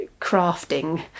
crafting